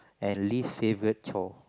and least favourite chore